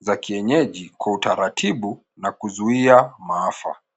za kienyeji kwa utaratibu na kuzuia maafa.